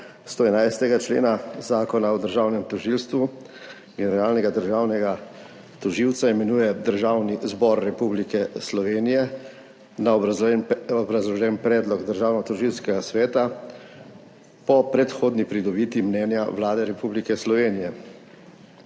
111. člena Zakona o državnem tožilstvu generalnega državnega tožilca imenuje Državni zbor Republike Slovenije na obrazložen predlog Državnotožilskega sveta po predhodni pridobitvi mnenja Vlade Republike Slovenije.